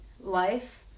life